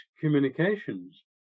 communications